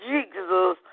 Jesus